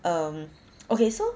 um okay so